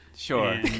Sure